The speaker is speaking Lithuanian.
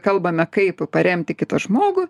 kalbame kaip paremti kitą žmogų